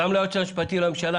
גם ליועץ המשפטי לממשלה.